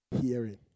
hearing